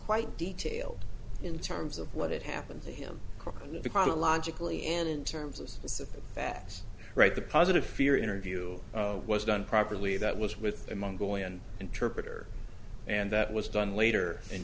quite detailed in terms of what had happened to him because a logical a and in terms of specific that right the positive fear interview was done properly that was with among going interpreter and that was done later in